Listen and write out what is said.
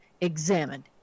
examined